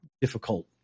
difficult